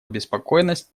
обеспокоенность